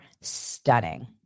stunning